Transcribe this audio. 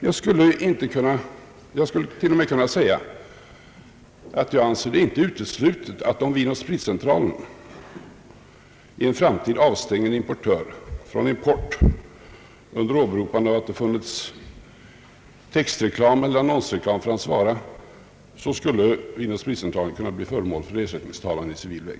Jag anser det till och med inte uteslutet att om Vinoch spritcentralen i en framtid avstänger en importör från import under åberopande av att det förekommit texteller annonsreklam för hans vara, så kan Vin & spritcentralen bli föremål för ersättningstalan i civil väg.